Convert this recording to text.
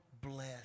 bless